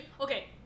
okay